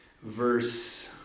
verse